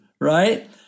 right